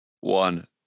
one